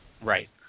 Right